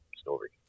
story